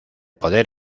poder